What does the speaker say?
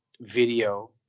video